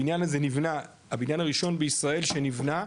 הבניין הזה הבניין הראשון בישראל שנבנה,